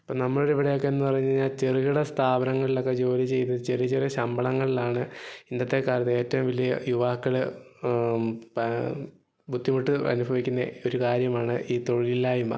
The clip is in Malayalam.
അപ്പോൾ നമ്മുടെ ഇവിടെ ഒക്കെയെന്ന് പറഞ്ഞു കഴിഞ്ഞാൽ ചെറുകിട സ്ഥാപങ്ങളിലൊക്കെ ജോലി ചെയ്ത് ചെറിയ ചെറിയ ശമ്പളങ്ങളിലാണ് ഇന്നത്തെക്കാലത്ത് ഏറ്റവും വലിയ യുവാക്കൾ ബുദ്ധിമുട്ട് അനുഭവിക്കുന്ന ഒരു കാര്യമാണ് ഈ തൊഴിലില്ലായ്മ